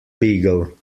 beagle